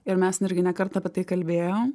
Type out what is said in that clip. ir mes irgi ne kartą apie tai kalbėjom